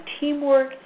teamwork